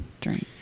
drink